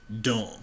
dumb